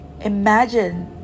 imagine